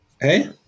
Hey